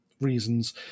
reasons